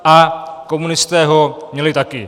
A komunisté ho měli taky.